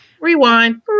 Rewind